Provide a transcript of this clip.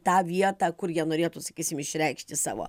tą vietą kur jie norėtų sakysim išreikšti savo